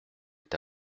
est